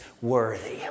worthy